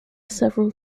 several